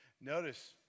Notice